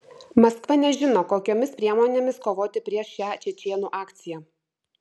maskva nežino kokiomis priemonėmis kovoti prieš šią čečėnų akciją